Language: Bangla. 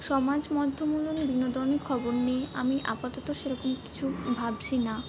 সমাজ মধ্যমূলক বিনোদনের খবর নিয়ে আমি আপাতত সেরকম কিছু ভাবছি না